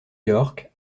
york